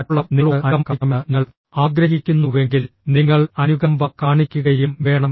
മറ്റുള്ളവർ നിങ്ങളോട് അനുകമ്പ കാണിക്കണമെന്ന് നിങ്ങൾ ആഗ്രഹിക്കുന്നുവെങ്കിൽ നിങ്ങൾ അനുകമ്പ കാണിക്കുകയും വേണം